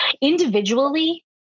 individually